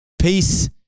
peace